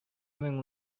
мең